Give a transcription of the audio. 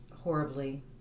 horribly